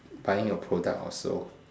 buying your product or so